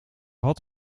had